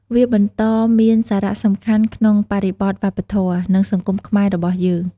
វាបន្តមានសារៈសំខាន់ក្នុងបរិបទវប្បធម៌ និងសង្គមខ្មែររបស់យើង។